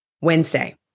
Wednesday